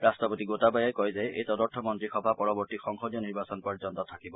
ৰাট্টপতি গোটাবায়াই কয় যে এই তদৰ্থ মন্ত্ৰীসভা পৰৱৰ্তী সংসদীয় নিৰ্বাচন পৰ্যন্ত থাকিব